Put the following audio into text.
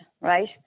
right